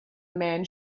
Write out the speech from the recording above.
man